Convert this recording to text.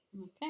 Okay